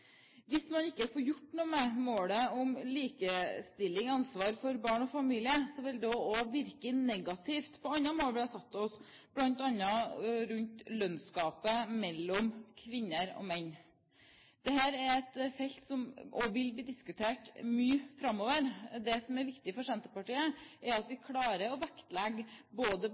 Hvis man ikke får gjort noe med målet om likestilling i ansvar for barn og familie, vil det også virke negativt inn på andre mål vi har satt oss, bl.a. rundt lønnsgapet mellom kvinner og menn. Dette er et felt som også vil bli diskutert mye framover. Det som er viktig for Senterpartiet, er at vi klarer å vektlegge både